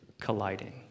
colliding